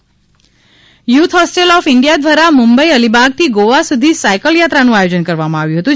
youth hostel youth hostel of India દ્વારા મુંબઈ અલીબાગથી ગોવા સુધી સાયકલ યાત્રાનુ આયોજન કરવામા આવ્યુ હતુ